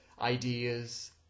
ideas